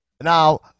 Now